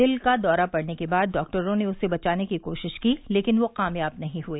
दिल का दौरा पड़ने के बाद डाक्टरों ने बचाने की कोशिश की लेकिन ये कामयाब नहीं हए